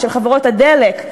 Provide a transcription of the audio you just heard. של חברות הדלק,